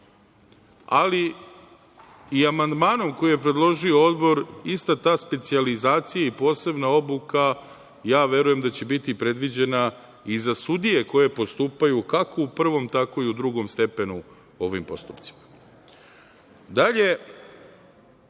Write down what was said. ali i amandmanom koji je predložio odbor ista ta specijalizacija i posebna obuka ja verujem da će biti predviđena i za sudije koje postupaju, kako u prvom, tako i u drugom stepenu ovim postupcima. Dalje,